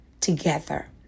together